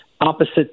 opposite